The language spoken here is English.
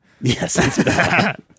Yes